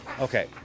Okay